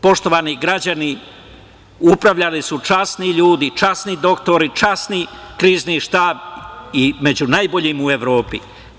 Poštovani građani, upravljali su časni ljudi, časni doktori, časni Krizni štab i među najboljim u Evropi.